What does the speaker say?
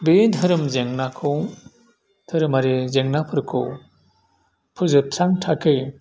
बे धोरोम जेंनाखौ धोरोमारि जेंनाफोरखौ फोजोबस्रांनो थाखै